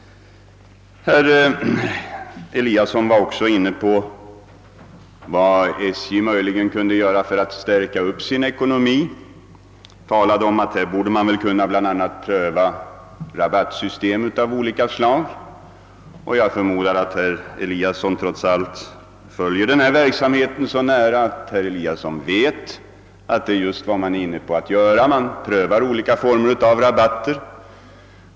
Herr Eliasson var också inne på frågan vad SJ möjligen skulle kunna göra för att förstärka sin ekonomi, och han föreslog bl.a. prövning av rabattsystem av olika slag. Jag förmodar att herr Eliasson följer verksamheten så noggrant, att han vet att det just är detta man gör: man prövar olika for mer av rabatt.